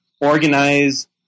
organize